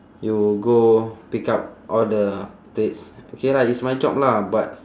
you go pick up all the plates okay lah it's my job lah but